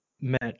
met